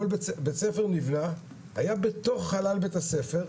כל בית-ספר נבנה היה בתוך חלל בית-הספר,